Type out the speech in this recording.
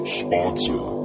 sponsor